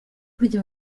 burya